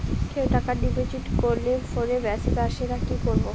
কেউ টাকা ডিপোজিট করলে ফোনে মেসেজ আসেনা কি করবো?